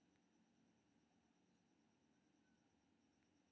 वर्ष दू हजार उन्नैस मे विश्व मे पांच बिंदु पांच करोड़ लतामक उत्पादन भेल रहै